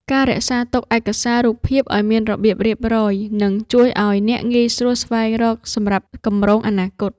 ការរក្សាទុកឯកសាររូបភាពឱ្យមានរបៀបរៀបរយ នឹងជួយឱ្យអ្នកងាយស្រួលស្វែងរកសម្រាប់គម្រោងអនាគត។